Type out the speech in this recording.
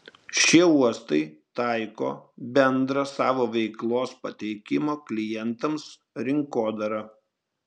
šie uostai taiko bendrą savo veiklos pateikimo klientams rinkodarą